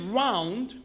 round